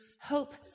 hope